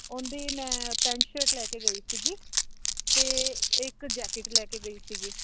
ਉਹਦੀ ਮੈਂ pant shirt ਲੈ ਕੇ ਗਈ ਸੀਗੀ ਅਤੇ ਇੱਕ ਜੈਕਟ ਲੈ ਕੇ ਗਈ ਸੀਗੀ